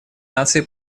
наций